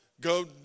go